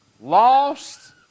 Lost